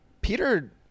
Peter